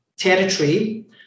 territory